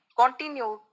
continue